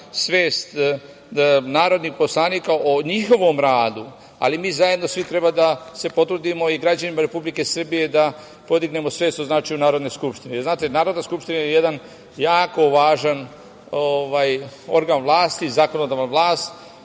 svest narodnih poslanika o njihovom radu, ali mi zajedno svi treba da se potrudimo i građanima Republike Srbije da podignemo svest o značaju Narodne skupštine. Znate, Narodna skupština je jedan jako važan organ vlasti, zakonodavna vlast.